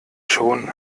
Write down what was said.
schon